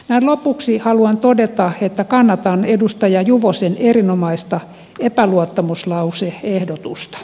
näin lopuksi haluan todeta että kannatan edustaja juvosen erinomaista epäluottamuslause ehdotusta